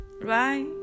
right